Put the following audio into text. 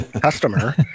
customer